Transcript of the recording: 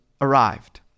arrived